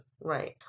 Right